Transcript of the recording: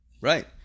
right